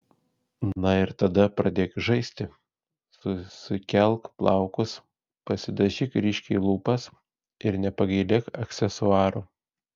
na ir tada pradėk žaisti susikelk plaukus pasidažyk ryškiai lūpas ir nepagailėk aksesuarų